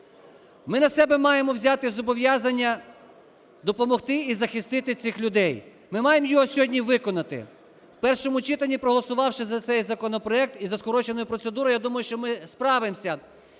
Ми на себе маємо взяти зобов'язання допомогти і захистити цих людей. Ми маємо його сьогодні виконати, в першому читанні проголосувавши за цей законопроект і за скороченою процедурою. Я думаю, що ми справимося